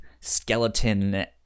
skeleton